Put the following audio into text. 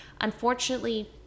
unfortunately